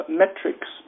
metrics